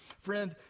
Friend